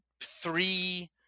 three